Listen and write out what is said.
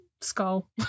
skull